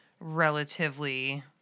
relatively